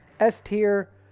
S-tier